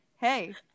Hey